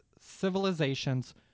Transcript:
civilizations